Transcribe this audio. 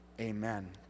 Amen